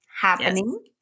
Happening